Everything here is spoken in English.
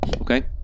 Okay